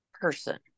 person